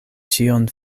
ĉion